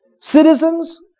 Citizens